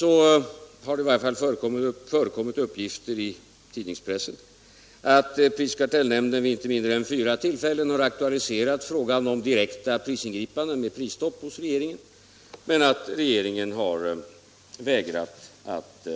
Det har i varje fall förekommit uppgifter i tidningarna att SPK hos regeringen vid inte mindre än fyra tillfällen aktualiserat frågan om direkta prisingripanden, dvs. prisstopp, men att regeringen vägrat att